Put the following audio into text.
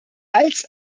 als